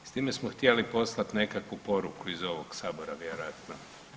S time smo htjeli poslati nekakvu poruku iz ovog Sabora vjerojatno.